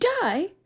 die